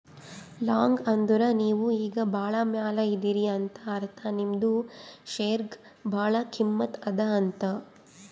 long ಅಂದುರ್ ನೀವು ಈಗ ಭಾಳ ಮ್ಯಾಲ ಇದೀರಿ ಅಂತ ಅರ್ಥ ನಿಮ್ದು ಶೇರ್ಗ ಭಾಳ ಕಿಮ್ಮತ್ ಅದಾ ಅಂತ್